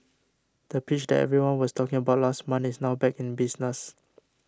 the pitch that everyone was talking about last month is now back in business